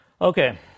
Okay